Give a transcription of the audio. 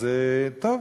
אבל יש,